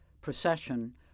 procession